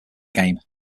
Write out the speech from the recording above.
game